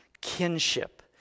kinship